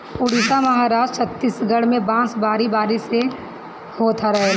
उड़ीसा, महाराष्ट्र, छतीसगढ़ में बांस बारी बारी से होत रहेला